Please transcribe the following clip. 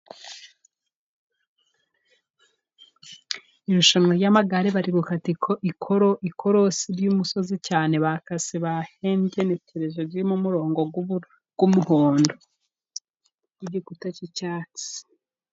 Irushanwa ry'amagare, bari gukata ikorosi y'umusozi cyane bakase bahengenekereje harimo umurongo w'umuhondo. Igikuta k'icyatsi.